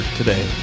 today